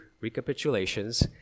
recapitulations